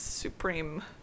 Supreme